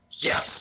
yes